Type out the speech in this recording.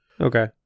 Okay